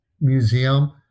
museum